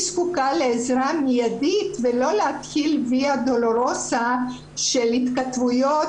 היא זקוקה לעזרה מיידית ולא להתחיל ויה דולורוזה של התכתבויות,